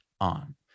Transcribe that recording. on